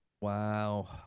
Wow